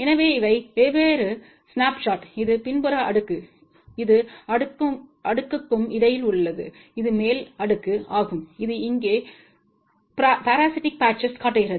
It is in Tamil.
எனவே இவை வெவ்வேறு ஸ்னாப்ஷாட்கள் இது பின்புற அடுக்கு இது அடுக்குக்கும் இடையில் உள்ளது இது மேல் அடுக்கு ஆகும் இது இங்கே பாரஸிட்டிக் பேட்ச்கள் காட்டுகிறது